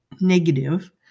negative